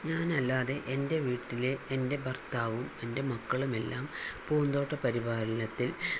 ഞാനല്ലാതെ എൻ്റെ വീട്ടില് എൻ്റെ ഭർത്താവും എൻ്റെ മക്കളും എല്ലാം പൂന്തോട്ട പരിപാലനത്തിൽ